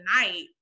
night